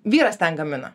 vyras ten gamina